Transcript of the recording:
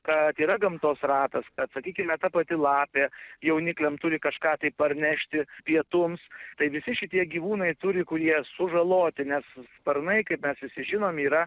kad yra gamtos ratas kad sakykime ta pati lapė jaunikliam turi kažką tai parnešti pietums tai visi šitie gyvūnai turi kurie sužaloti nes sparnai kaip mes visi žinom yra